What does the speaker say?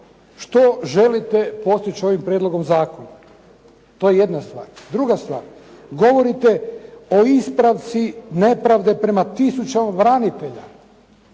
što želite postići ovim prijedlogom zakona. To je jedna stvar. Druga stvar, govorite o ispravci nepravde prema tisućama branitelja,